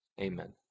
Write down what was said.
Amen